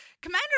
Commander